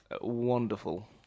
wonderful